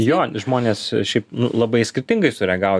jo žmonės šiaip labai skirtingai sureagavo